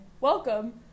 welcome